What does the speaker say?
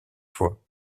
fois